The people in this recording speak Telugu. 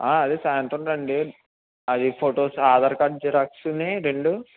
అదే సాయంత్రం రండి అది ఫోటోస్ ఆధార్ కార్డ్ జిరాక్స్ రెండు